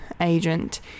agent